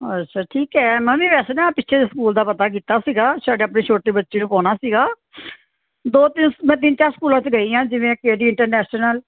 ਅੱਛਾ ਠੀਕ ਹੈ ਮੈਂ ਵੀ ਵੈਸੈ ਨਾ ਪਿੱਛੇ ਜਿਹੇ ਸਕੂਲ ਦਾ ਪਤਾ ਕੀਤਾ ਸੀਗਾ ਸਾਡੇ ਆਪਣੇ ਛੋਟੇ ਬੱਚੇ ਨੂੰ ਪਾਉਣਾ ਸੀਗਾ ਦੋ ਤਿੰਨ ਮੈਂ ਤਿੰਨ ਚਾਰ ਸਕੂਲ 'ਚ ਗਈ ਹਾਂ ਜਿਵੇਂ ਕੇ ਡੀ ਇੰਟਰਨੈਸ਼ਨਲ